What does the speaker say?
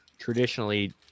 traditionally